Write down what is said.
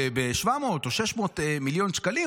וב-700 או 600 מיליון שקלים,